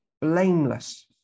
blameless